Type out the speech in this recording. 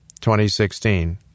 2016